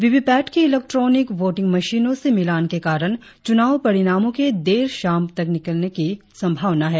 we V PAT की electronic voting मशीनों से मिलान के कारण चुनाव परिणामो के देर शाम तक मिलने की संभावना है